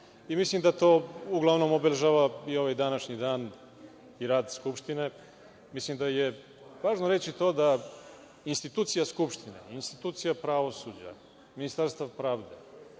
da to obeležava današnji dan i rad Skupštine. Mislim da je važno reći to da institucija Skupštine, institucija pravosuđa, Ministarstva pravde